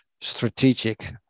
strategic